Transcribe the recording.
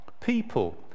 people